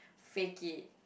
fake it